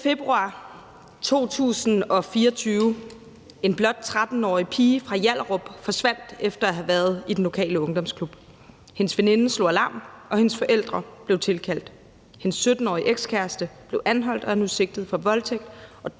11. februar 2024: En blot 13-årig pige fra Hjallerup forsvandt efter at have været i den lokale ungdomsklub. Hendes veninde slog alarm, og hendes forældre blev tilkaldt. Hendes 17-årige ekskæreste blev anholdt og er nu sigtet for voldtægt